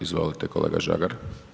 Izvolite kolega Žagar.